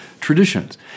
traditions